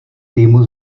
týmu